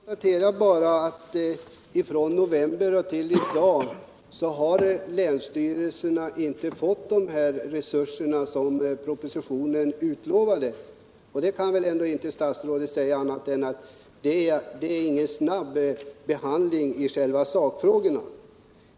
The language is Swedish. Herr talman! Jag konstaterar bara att från november till i dag har länsstyrelserna inte fått de här resurserna som propositionen utlovade. Industriministern kan väl ändå inte säga att det är en snabb behandling i själva sakfrågorna.